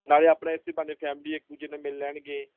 ਨਾਲੇ ਆਪਣੇ ਇਸੀ ਬਹਾਨੇ ਫੈਮਲੀ ਇੱਕ ਦੂਜੇ ਨਾਲ ਮਿਲ ਲੈਣਗੇ